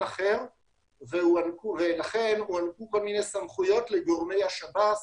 אחר ולכן הוענקו כל מיני סמכויות לגורמי השב"ס